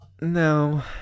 No